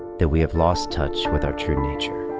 that we have lost touch with our true nature,